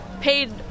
paid